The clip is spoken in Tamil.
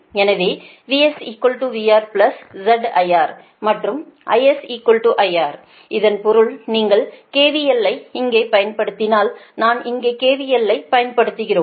எனவே VS VR ZIR மற்றும் IS IR இதன் பொருள் நீங்கள் KVL ஐ இங்கே பயன்படுத்தினால் நாம் இங்கே KVL ஐப் பயன்படுத்துகிறோம்